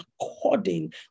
according